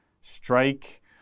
strike